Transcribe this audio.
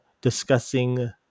discussing